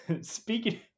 speaking